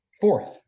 Fourth